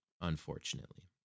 unfortunately